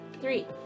Three